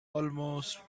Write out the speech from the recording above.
almost